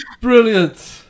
Brilliant